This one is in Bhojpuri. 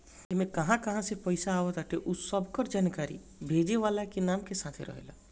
इमे कहां कहां से पईसा आवताटे उ सबकर जानकारी भेजे वाला के नाम के साथे रहेला